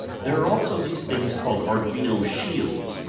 there are also these things called arduino shields,